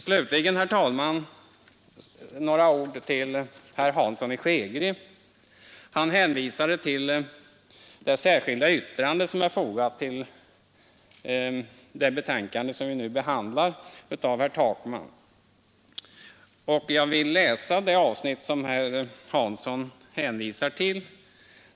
Slutligen några ord till herr Hansson i Skegrie, som hänvisade till det särskilda yttrande av herr Takman som fogats till det utskottsbetänkande vi nu behandlar. Jag vill här läsa upp det avsnitt som herr Hansson syftade på.